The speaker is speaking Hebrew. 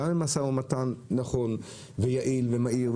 גם עם משא ומתן נכון ויעיל ומהיר,